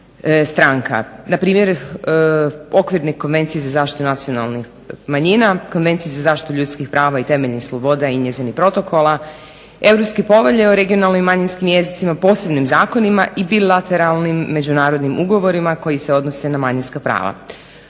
Npr. okvirne konvencije za zaštitu nacionalnih manjina, Konvencije za zaštitu ljudskih prava i temeljnih sloboda i njezinih protokola, Europske povelje o regionalnim manjinskim jezicima posebnim zakonima i bilateralnim međunarodnim ugovorima koji se odnose na manjinska prava.